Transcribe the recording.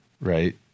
right